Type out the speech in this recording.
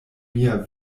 mia